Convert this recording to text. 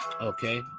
Okay